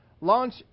Launch